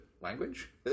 language